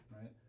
right